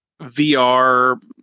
VR